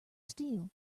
steel